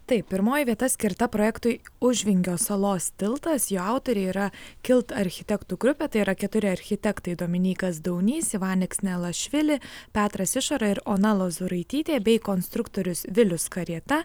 taip pirmoji vieta skirta projektui užvingio salos tiltas jo autoriai yra kilt architektų grupė tai yra keturi architektai dominykas daunys ivaniks nelašvili petras išora ir ona lozuraitytė bei konstruktorius vilius karieta